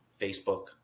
Facebook